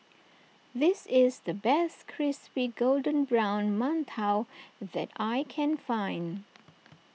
this is the best Crispy Golden Brown Mantou that I can find